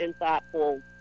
insightful